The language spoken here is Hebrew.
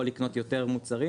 יכול לקנות יותר מוצרים.